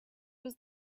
was